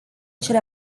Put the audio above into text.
cele